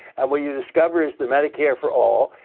and what you discover is the medicare for all